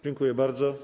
Dziękuję bardzo.